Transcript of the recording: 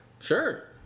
Sure